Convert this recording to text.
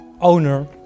owner